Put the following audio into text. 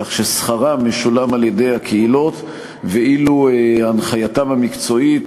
כך ששכרם משולם על-ידי הקהילות ואילו הנחייתם המקצועית,